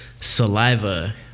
Saliva